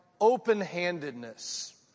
open-handedness